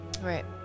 Right